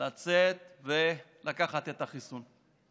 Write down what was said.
לצאת ולקחת את החיסון.